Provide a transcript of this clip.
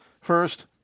First